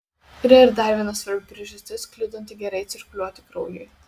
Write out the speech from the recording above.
yra ir dar viena svarbi priežastis kliudanti gerai cirkuliuoti kraujui